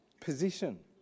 position